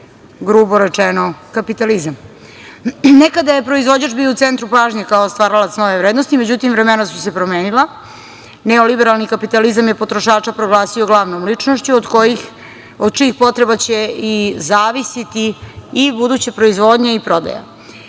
grubo rečeno, kapitalizam. Nekada je proizvođač bio u centru pažnje kao stvaralac nove vrednosti. Međutim, vremena su se promenila, neoliberalni kapitalizam je potrošača proglasio glavnom ličnošću, od čijih potreba će i zavisiti i buduća proizvodnja i prodaja.